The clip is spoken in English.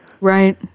Right